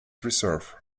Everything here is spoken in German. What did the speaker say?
reserve